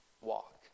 walk